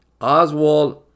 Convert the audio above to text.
Oswald